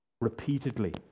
repeatedly